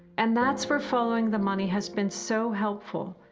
and that's for following the money has been so helpful,